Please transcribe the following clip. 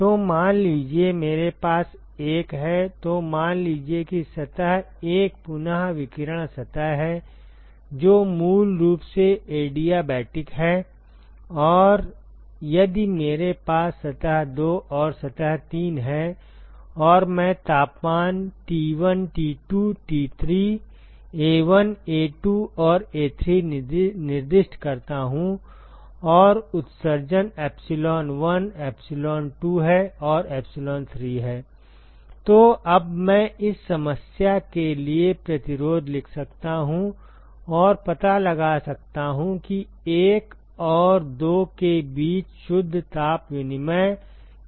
तो मान लीजिए मेरे पास एक हैतो मान लीजिए कि सतह 1 पुन विकिरण सतह है जो मूल रूप से ऐडियाबैटिक है और यदि मेरे पास सतह 2 और सतह 3 है और मैं तापमान T1 T2 T3 A1 A2 और A3 निर्दिष्ट करता हूं और उत्सर्जन epsilon1 epsilon2 है और epsilon3 तो अब मैं इस समस्या के लिए प्रतिरोध लिख सकता हूं और पता लगा सकता हूं कि 1 और 2 के बीच शुद्ध ताप विनिमय क्या है